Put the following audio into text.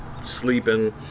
sleeping